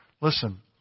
Listen